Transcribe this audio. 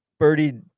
Birdied